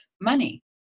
money